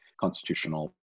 constitutional